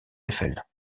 eiffel